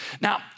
Now